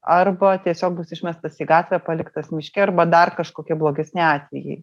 arba tiesiog bus išmestas į gatvę paliktas miške arba dar kažkokie blogesni atvejai